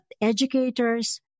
educators